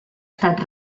estat